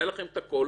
היה לכם את הכול,